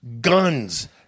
guns